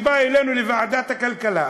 כשבא אלינו לוועדת הכלכלה,